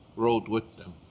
rode with them